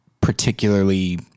particularly